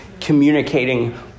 communicating